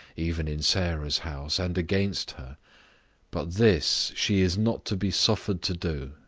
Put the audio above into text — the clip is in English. even in sarah's house, and against her but this she is not to be suffered to do,